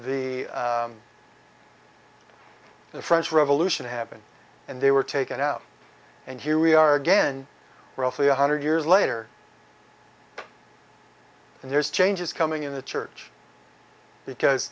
that the french revolution happened and they were taken out and here we are again roughly one hundred years later and there's changes coming in the church because